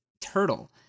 turtle